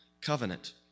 covenant